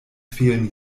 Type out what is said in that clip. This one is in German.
fehlen